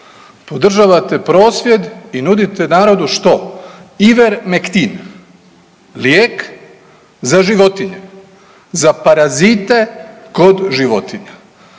podržavate prosvjed i nudite narodu što, Ivermectin, lijek za životinje, za parazite kod životinja.